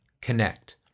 connect